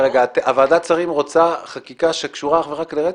ועדת השרים רוצה חקיקה שקשורה אך ורק לרצח?